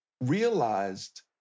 realized